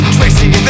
Tracy